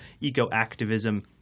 eco-activism